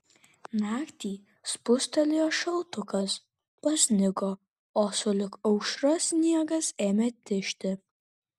naktį spustelėjo šaltukas pasnigo o sulig aušra sniegas ėmė tižti